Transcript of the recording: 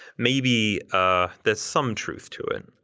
maybe ah there's some truth to it.